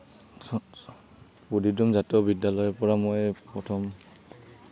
জাতীয় বিদ্যালয়ৰ পৰা মই প্ৰথম